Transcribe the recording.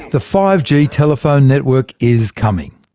the five g telephone network is coming.